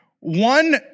one